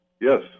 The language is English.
Yes